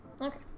Okay